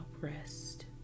rest